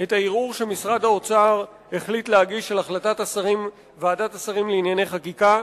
את הערעור שמשרד האוצר החליט להגיש לוועדת השרים לענייני חקיקה.